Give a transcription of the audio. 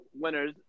winners